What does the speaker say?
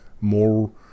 more